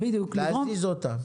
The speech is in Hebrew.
להזיז אותה.